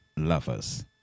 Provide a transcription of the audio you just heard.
lovers